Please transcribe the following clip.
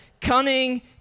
cunning